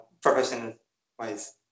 professional-wise